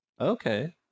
Okay